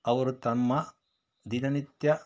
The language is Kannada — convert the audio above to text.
ಅವರು ತಮ್ಮ ದಿನನಿತ್ಯ